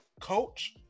coach